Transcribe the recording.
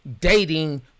dating